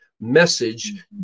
message